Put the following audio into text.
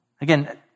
Again